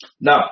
Now